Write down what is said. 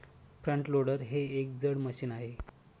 front loader हे एक जड मशीन आहे